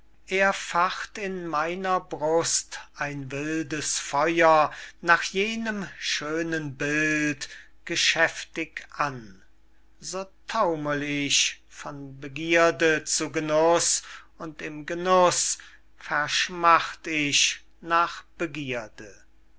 er facht in meiner brust ein wildes feuer nach jenem schönen bild geschäftig an so tauml ich von begierde zu genuß und im genuß verschmacht ich nach begierde